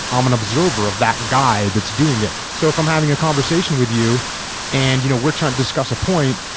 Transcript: i'm an observer of that guy who's doing it. so if i'm having a conversation with you and you know we're trying to discuss a point,